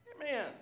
Amen